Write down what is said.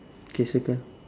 okay circle